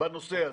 בנושא הזה.